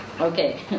Okay